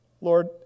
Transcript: Lord